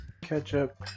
ketchup